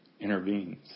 intervenes